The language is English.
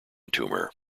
tumor